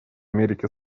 америке